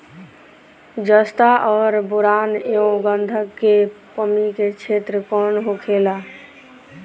जस्ता और बोरान एंव गंधक के कमी के क्षेत्र कौन होखेला?